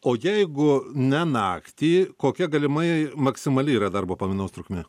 o jeigu ne naktį kokia galimai maksimali yra darbo pamainos trukmė